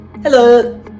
hello